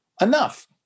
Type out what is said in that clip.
enough